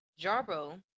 Jarbo